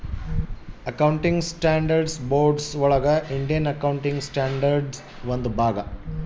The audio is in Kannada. ಅಕೌಂಟಿಂಗ್ ಸ್ಟ್ಯಾಂಡರ್ಡ್ಸ್ ಬೋರ್ಡ್ ಒಳಗ ಇಂಡಿಯನ್ ಅಕೌಂಟಿಂಗ್ ಸ್ಟ್ಯಾಂಡರ್ಡ್ ಒಂದು ಭಾಗ